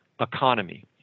economy